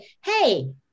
Hey